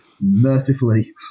mercifully